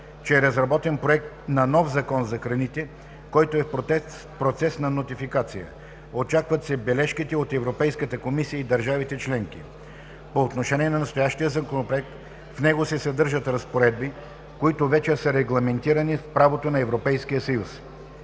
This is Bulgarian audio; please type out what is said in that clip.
че е разработен проект на нов Закон за храните, който е в процес на нотификация. Очакват се бележките от Европейската комисия и държавите членки. По отношение на настоящия Законопроект, в него се съдържат разпоредби, които вече са регламентирани в правото на Европейския съюз.